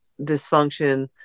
dysfunction